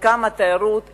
וכמה התיירות חשובה,